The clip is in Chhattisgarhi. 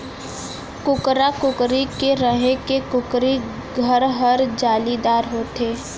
कुकरा, कुकरी के रहें के कुकरी घर हर जालीदार होथे